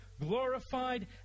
glorified